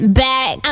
back